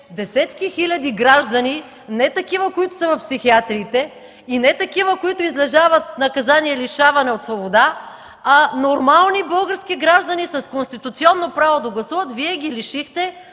десетки хиляди граждани – не такива, които са в психиатриите, и не такива, които излежават наказание „лишаване от свобода”, а нормални български граждани с конституционно право да гласуват. Лишихте